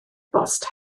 bost